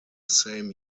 same